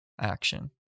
action